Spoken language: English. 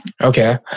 Okay